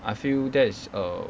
I feel that is err